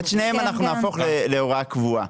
את שניהם אנחנו נהפוך להוראה קבועה.